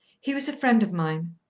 he was a friend of mine.